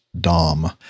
Dom